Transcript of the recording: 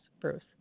Bruce